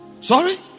Sorry